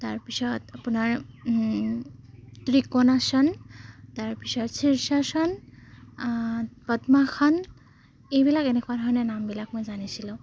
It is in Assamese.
তাৰ পিছত আপোনাৰ ত্ৰিকোণাসন তাৰ পিছত পদ্মাসন এইবিলাক এনেকুৱা ধৰণে নামবিলাক মই জানিছিলোঁ